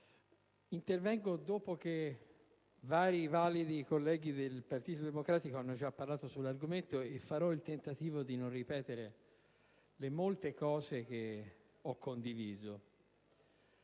intervengo dopo che vari validi colleghi del Partito Democratico sono già intervenuti sull'argomento, e farò il tentativo di non ripetere le numerose osservazioni che ho condiviso.